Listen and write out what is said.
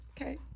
okay